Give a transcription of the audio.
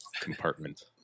compartment